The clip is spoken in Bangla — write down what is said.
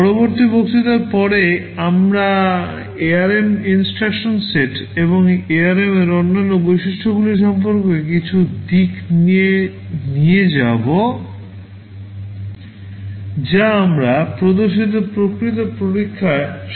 পরবর্তী বক্তৃতার পরে আমরা ARM INSTRUCTION সেট এবং এআরএমের অন্যান্য বৈশিষ্ট্যগুলি সম্পর্কে কিছু দিকে নিয়ে যাব যা আমরা প্রদর্শিত প্রকৃত পরীক্ষায় সহায়ক হবে